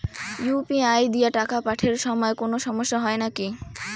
UPI দিয়া টাকা পাঠের সময় কোনো সমস্যা হয় নাকি?